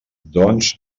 doncs